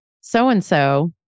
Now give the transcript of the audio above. so-and-so